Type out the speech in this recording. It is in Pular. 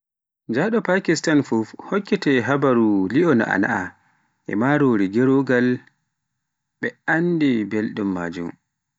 Njaɗo Pakistan fuf, hokkete habaruu, li'o na'ana e marori gerogal, ɓe anndi belɗum majum.